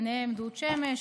ובהם דוד שמש,